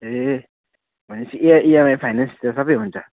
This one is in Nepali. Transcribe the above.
ए भनेपछि इएमआई फाइनेन्स सबै हुन्छ